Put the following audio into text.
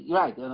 right